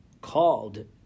called